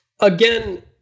Again